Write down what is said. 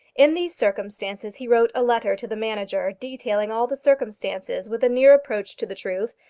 in these circumstances he wrote a letter to the manager, detailing all the circumstances with a near approach to the truth,